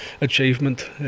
achievement